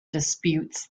disputes